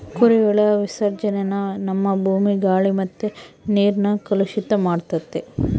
ಕುರಿಗಳ ವಿಸರ್ಜನೇನ ನಮ್ಮ ಭೂಮಿ, ಗಾಳಿ ಮತ್ತೆ ನೀರ್ನ ಕಲುಷಿತ ಮಾಡ್ತತೆ